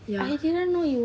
ya